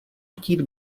chtít